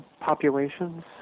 populations